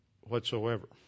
whatsoever